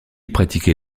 pratiquer